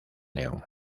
león